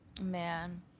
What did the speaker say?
Man